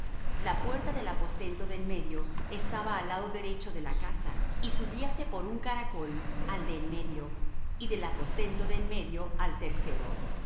la puerta del aposento de en medio estaba al lado derecho de la casa y subíase por un caracol al de en medio y del aposento de en medio al tercero